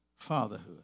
fatherhood